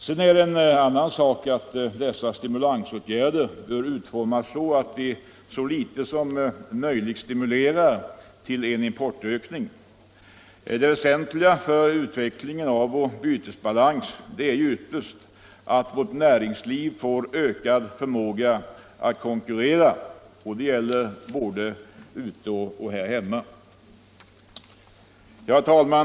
Sedan är det en annan sak att dessa åtgärder bör utformas så att de så litet som möjligt stimulerar till en importökning. Det väsentliga för utvecklingen av vår bytesbalans är ju ytterst att vårt näringsliv får ökad förmåga att konkurrera. Det gäller både ute och här hemma.